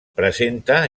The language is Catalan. presenta